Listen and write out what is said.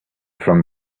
from